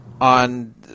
on